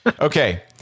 Okay